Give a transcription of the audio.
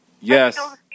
Yes